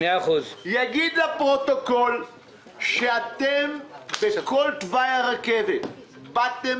שיגיד לפרוטוקול שאתם בכל תוואי הרכבת באתם